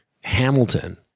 Hamilton